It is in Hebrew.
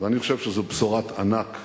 ואני חושב שזו בשורת ענק,